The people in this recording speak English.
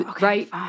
Right